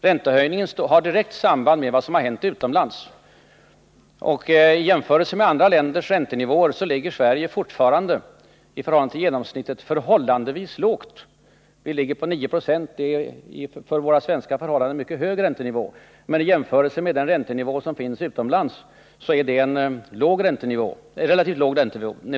Räntehöjningarna har direkt samband med vad som har hänt utomlands, och i jämförelse med genomsnittet av andra länders räntenivåer ligger Sveriges fortfarande förhållandevis lågt. Vi ligger på 9 96, och det är för våra svenska förhållanden en mycket hög räntenivå men i jämförelse med de räntenivåer som finns utomlands en relativt låg.